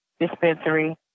dispensary